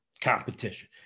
competition